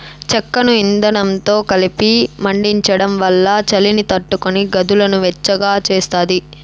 చెక్కను ఇందనంతో కలిపి మండించడం వల్ల చలిని తట్టుకొని గదులను వెచ్చగా చేస్తాది